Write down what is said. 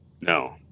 No